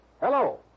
Hello